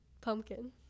pumpkin